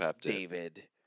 David